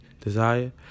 desire